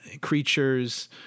creatures